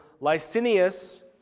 Licinius